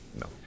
no